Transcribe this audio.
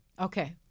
Okay